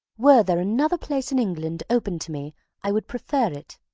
were there another place in england open to me i would prefer it.